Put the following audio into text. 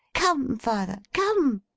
come, father. come